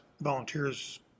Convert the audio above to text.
volunteers